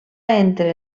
entre